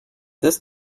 this